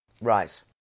Right